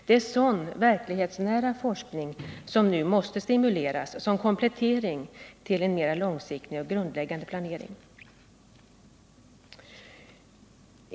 Det är sådan verklighetsnära forskning som nu måste stimuleras som en komplettering till den mer långsiktiga och grundläggande planeringen.